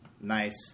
nice